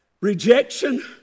rejection